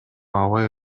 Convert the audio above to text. аба